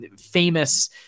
famous